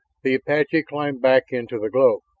the apache climbed back into the globe.